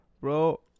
Bro